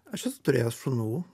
aš esu turėjęs šunų